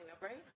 right